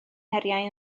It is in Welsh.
heriau